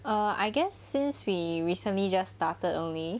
uh I guess since we recently just started only